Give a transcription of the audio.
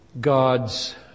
God's